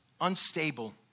unstable